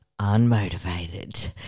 unmotivated